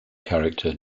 character